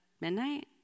Midnight